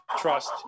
trust